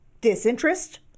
disinterest